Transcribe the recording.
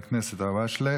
חבר הכנסת אלהואשלה.